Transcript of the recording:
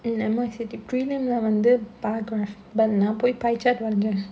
mm நம்ம:namma city prelim வந்து:vandhu bar graph but நா போய்:naa poi pie chart